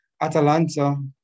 Atalanta